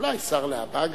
אולי שר להבא גם,